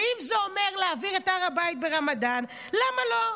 ואם זה אומר להבעיר את הר הבית ברמדאן, למה לא?